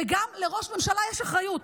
וגם לראש ממשלה יש אחריות.